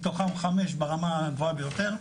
מתוכם חמישה ברמה הגבוהה ביותר.